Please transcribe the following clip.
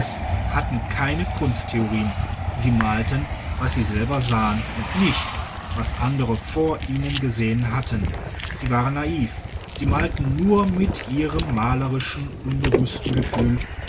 hatten keine kunsttheorien sie malten was sie selber sahen und nicht was andere vor ihnen gesehen hatten sie waren naiv sie malten nur mit ihrem malerischen unbewußten gefühl